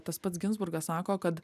tas pats ginzburgas sako kad